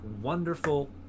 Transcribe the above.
wonderful